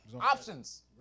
options